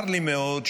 צר לי מאוד.